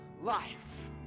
life